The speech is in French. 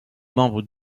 membres